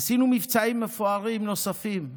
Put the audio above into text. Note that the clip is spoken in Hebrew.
עשינו מבצעים מפוארים נוספים.